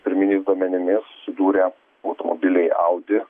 pirminiais duomenimis susidūrė automobiliai audi